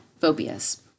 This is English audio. phobias